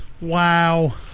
Wow